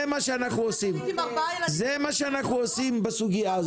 --- עם ארבעה ילדים --- זה מה שאנחנו רוצים בסוגיה הזאת.